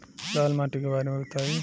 लाल माटी के बारे में बताई